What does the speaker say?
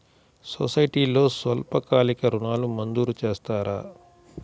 సొసైటీలో స్వల్పకాలిక ఋణాలు మంజూరు చేస్తారా?